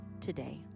today